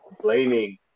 blaming